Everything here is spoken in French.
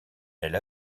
elle